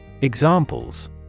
Examples